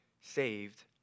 Saved